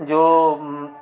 जो